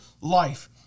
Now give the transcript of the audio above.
life